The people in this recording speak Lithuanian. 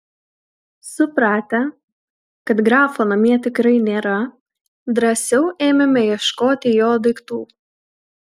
supratę kad grafo namie tikrai nėra drąsiau ėmėme ieškoti jo daiktų